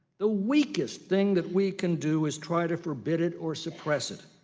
the weakest thing that we can do is try to forbid it or suppress it.